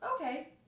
okay